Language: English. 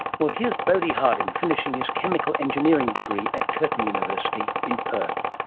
well here's bodhi hardinge, finishing his chemical engineering degree at curtin university in perth.